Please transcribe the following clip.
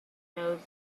knows